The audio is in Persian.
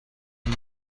این